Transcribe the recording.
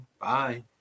Bye